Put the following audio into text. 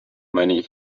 many